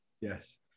Yes